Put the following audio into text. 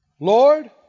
Lord